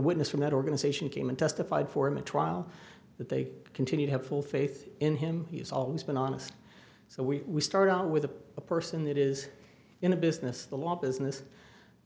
witness from that organization came and testified for him a trial that they continue to have full faith in him he has always been honest so we start out with a person that is in the business the law business